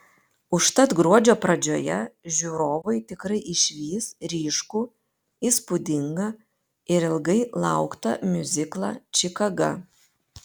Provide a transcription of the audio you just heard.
užtat gruodžio pradžioje žiūrovai tikrai išvys ryškų įspūdingą ir ilgai lauktą miuziklą čikaga